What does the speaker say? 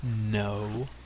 No